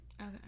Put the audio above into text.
okay